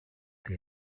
the